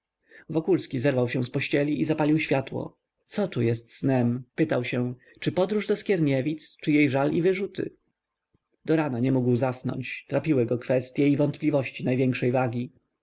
wokulski zerwał się z pościeli i zapalił światło co tu jest snem pytał się czy podróż do skierniewic czy jej żal i wyrzuty do rana nie mógł zasnąć trapiły go kwestye i wątpliwości największej wagi